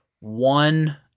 one